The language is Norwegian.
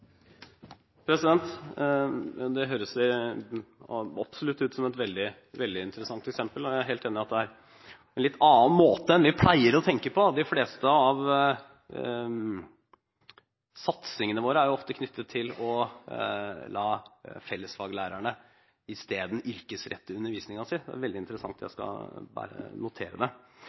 Det høres absolutt ut som et veldig interessant eksempel. Jeg er helt enig i at det er en litt annen måte å tenke på enn det vi pleier å gjøre – de fleste av satsingene våre er jo ofte knyttet til å la fellesfaglærerne isteden yrkesrette undervisningen sin. Det er veldig interessant, jeg skal notere det.